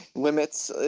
limits,